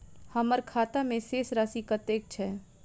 हम्मर खाता मे शेष राशि कतेक छैय?